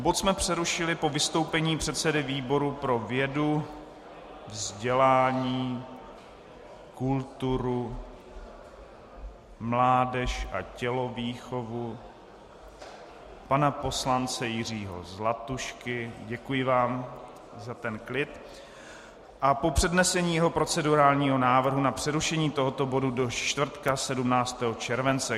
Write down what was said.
Bod jsme přerušili po vystoupení předsedy výboru pro vědu, vzdělání, kulturu, mládež a tělovýchovu , pana poslance Jiřího Zlatušky děkuji vám za ten klid a po přednesení jeho procedurálního návrhu na přerušení tohoto bodu do čtvrtka 17. července.